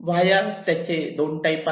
via त्याचे दोन type आहेत